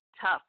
tough